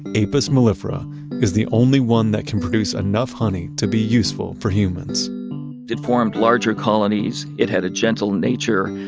apis mellifera is the only one that can produce enough honey to be useful for humans they formed larger colonies. it had a gentle nature.